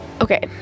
okay